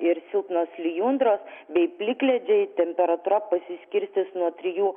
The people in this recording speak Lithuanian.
ir silpnos lijundros bei plikledžiai temperatūra pasiskirstys nuo trijų